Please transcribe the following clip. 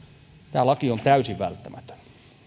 tämä laki on täysin välttämätön